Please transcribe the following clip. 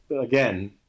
again